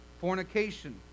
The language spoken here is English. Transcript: fornication